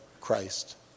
Christ